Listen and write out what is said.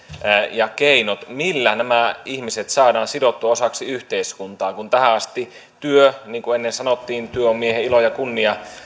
ja keinot millä nämä ihmiset saadaan sidottua osaksi yhteiskuntaa kun tähän asti työ niin kuin ennen sanottiin työ on miehen ilo ja kunnia